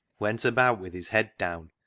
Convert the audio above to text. went about with his head down,